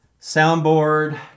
soundboard